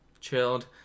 chilled